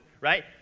right